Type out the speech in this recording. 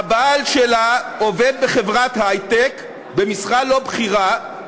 "הבעל שלה עובד בחברת היי-טק, במשרה לא בכירה,